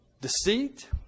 deceit